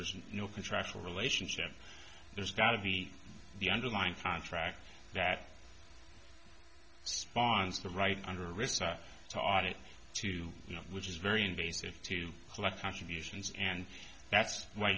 there's no contractual relationship there's got to be the underlying contract that sponsor right under rissa to audit to you know which is very invasive to collect contributions and that's why